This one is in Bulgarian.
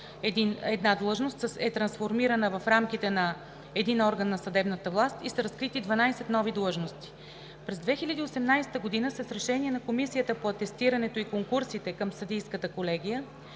една длъжност е трансформирана в рамките на един орган на съдебната власт и са разкрити 12 нови длъжности. През 2018 г. с решение на Комисията по атестирането и конкурсите към Съдийската колегия